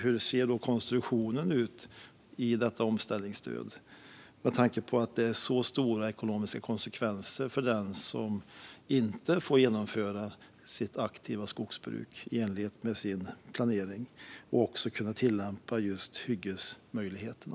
Hur ser då konstruktionen på omställningsstödet ut, med tanke på att det får så stora ekonomiska konsekvenser för den som inte får genomföra sitt aktiva skogsbruk i enlighet med sin planering och utnyttja hyggesmöjligheterna?